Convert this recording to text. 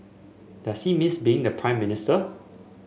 does he miss being the Prime Minister